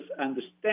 understand